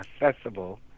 accessible